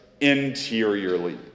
interiorly